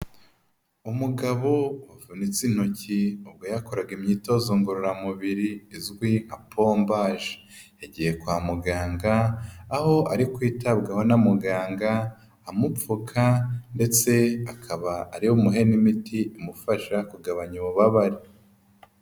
Umugabo wavunitse intoki ubwo yakoraga imyitozo ngororamubiri izwi nka pombaje, yagiye kwa muganga aho ari kwitabwaho na muganga amupfuka ndetse akaba ari bumuhe n'imiti imufasha kugabanya ububabare.